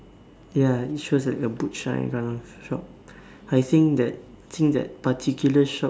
ya think shows like a butch kind of shop I think that I think that particular shop is